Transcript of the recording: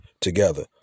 together